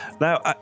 Now